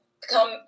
Come